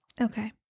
Okay